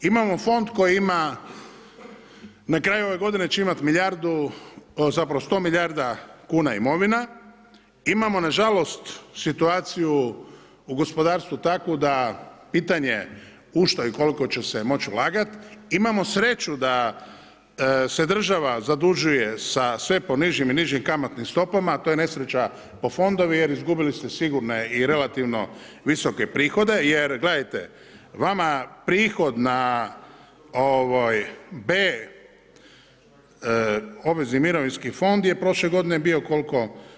Imamo fond koji ima, na kraju ove godine će imat milijardu, zapravo 100 milijardi kuna imovine, imamo nažalost situaciju u gospodarstvu takvu da pitanje u što i koliko će se moći ulagati, imamo sreću da se država zadužuje sa sve po nižim i nižim kamatnim stopama, to je nesreća po fondove jer izgubili ste sigurne i relativno visoke prihode jer gledajte, vama prihod na ovoj B obvezni mirovinski fond je prošle godine bio koliko?